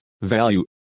value